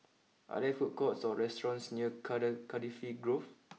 are there food courts or restaurants near Cardifi Grove